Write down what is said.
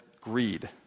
greed